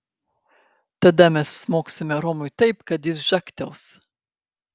tada mes smogsime romui taip kad jis žagtels